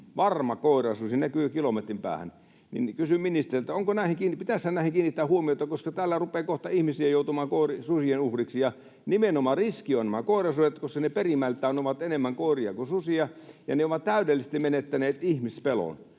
varma koirasusi. Näkyy kilometrin päähän. Kysyn ministeriltä: onko näihin kiinnitetty huomiota? Pitäisihän näihin kiinnittää huomiota, koska täällä rupeaa kohta ihmisiä joutumaan susien uhriksi. Ja nimenomaan riski ovat nämä koirasudet, koska ne perimältään ovat enemmän koiria kuin susia ja ne ovat täydellisesti menettäneet ihmispelon.